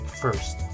first